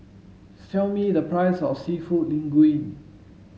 tell me the price of Seafood Linguine